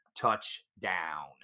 Touchdown